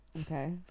Okay